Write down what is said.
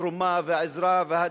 התרומה והעזרה וההדדיות,